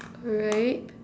alright